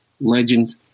legend